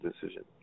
decision